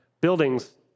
buildings